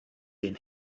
den